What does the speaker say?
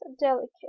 delicate